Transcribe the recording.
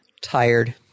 Tired